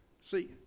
see